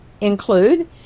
include